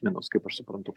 minos kaip aš suprantu